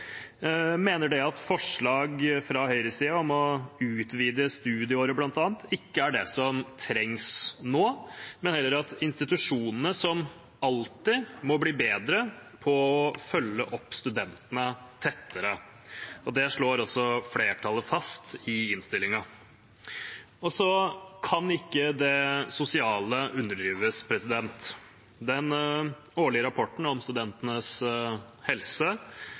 at forslag fra høyresiden om bl.a. å utvide studieåret ikke er det som trengs nå, men heller at institusjonene, som alltid, må bli bedre på å følge opp studentene tettere. Det slår også flertallet fast i innstillingen. Så kan ikke det sosiale underdrives. Den årlige rapporten om studentenes helse